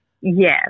Yes